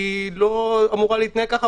היא לא אמורה להתנהג ככה,